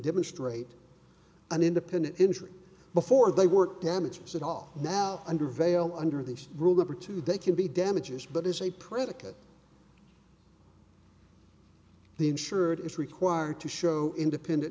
demonstrate an independent injury before they work damages at all now under vaile under the rule of or two they can be damages but is a predicate the insured is required to show independent